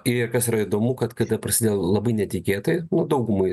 ir kas yra įdomu kad kada prasidėjo labai netikėtai nu daugumai